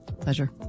Pleasure